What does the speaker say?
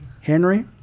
Henry